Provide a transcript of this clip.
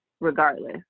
regardless